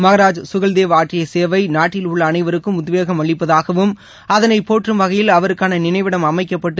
மஹராஜ் சுஹல்தேவ் ஆற்றிய சேவை நாட்டில் உள்ள அனைவருக்கும் உத்வேகம் அளிப்பதாகவும் அதனை போற்றும் வகையில் அவருக்கான நினைவிடம் அமைக்கப்பட்டு